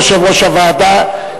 יושב-ראש הוועדה,